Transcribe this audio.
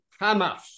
Hamas